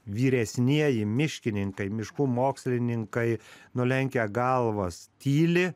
vyresnieji miškininkai miškų mokslininkai nulenkę galvas tyli